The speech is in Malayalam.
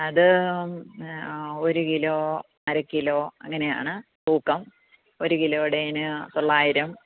അത് ആ ഒരു കിലോ അര കിലോ അങ്ങനെയാണ് തൂക്കം ഒരു കിലോയുടെതിന് തൊള്ളായിരം